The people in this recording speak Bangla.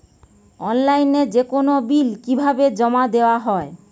অনলাইনে যেকোনো বিল কিভাবে জমা দেওয়া হয়?